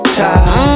time